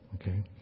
Okay